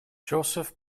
joseph